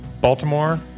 baltimore